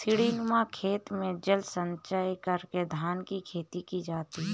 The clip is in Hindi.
सीढ़ीनुमा खेत में जल संचय करके धान की खेती की जाती है